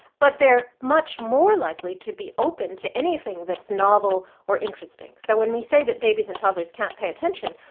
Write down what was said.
but they're much more likely to be open to anything that's novel or interesting. so when we say that babies and toddlers can't pay attention,